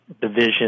division